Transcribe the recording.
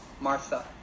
Martha